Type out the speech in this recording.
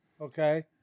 okay